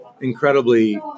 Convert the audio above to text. incredibly